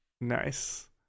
Nice